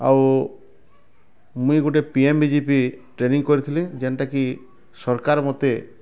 ଆଉ ମୁଇଁ ଗୋଟେ P M G P training କରିଥିଲି ଯେନଟା କି ସରକାର ମତେ